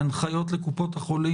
ההנחיות לקופות החולים,